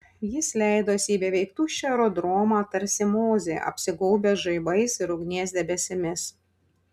jis leidosi į beveik tuščią aerodromą tarsi mozė apsigaubęs žaibais ir ugnies debesimis